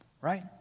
right